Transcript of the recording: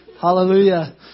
Hallelujah